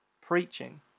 preaching